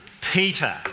Peter